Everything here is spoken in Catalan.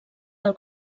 del